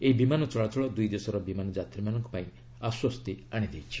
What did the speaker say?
ଏହି ବିମାନ ଚଳାଚଳ ଦୁଇ ଦେଶର ବିମାନ ଯାତ୍ରୀମାନଙ୍କ ପାଇଁ ଆସ୍ପସ୍ତି ଆଣିଦେଇଛି